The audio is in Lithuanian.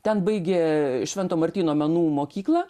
ten baigė švento martyno menų mokyklą